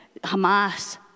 Hamas